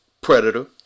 Predator